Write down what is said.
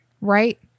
right